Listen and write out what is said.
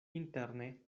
interne